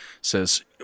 says